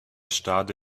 stada